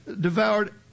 devoured